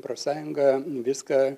profsąjunga viską